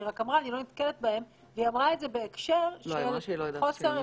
היא רק אמרה שהיא לא נתקלת בהם והיא אמרה את זה בהקשר של חוסר מימוש,